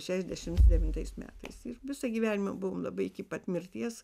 šešdešims devintais metais ir visą gyvenimą buvom labai iki pat mirties